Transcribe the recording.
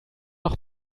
noch